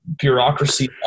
bureaucracy